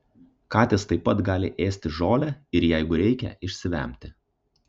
katės taip pat gali ėsti žolę ir jeigu reikia išsivemti